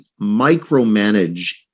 micromanage